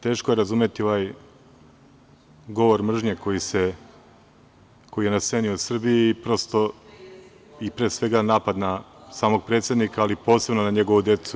Teško je razumeti ovaj govor mržnje koji je na sceni u Srbiji i, pre svega, napad na samog predsednika, ali posebno na njegovu decu.